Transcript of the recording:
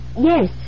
Yes